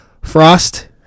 Frost